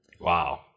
Wow